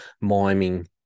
miming